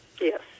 Yes